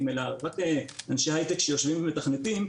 אלא רק אנשי הייטק שיושבים ומתכנתים,